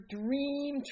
dream